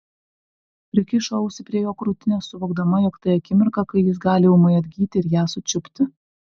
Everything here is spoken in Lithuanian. prikišo ausį prie jo krūtinės suvokdama jog tai akimirka kai jis gali ūmai atgyti ir ją sučiupti